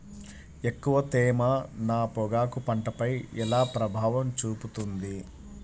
ఎక్కువ తేమ నా పొగాకు పంటపై ఎలా ప్రభావం చూపుతుంది?